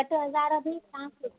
सठि हज़ार बि तव्हांखे